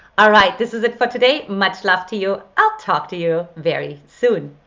alright, this is it for today, much love to you i'll talk to you very soon.